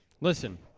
Listen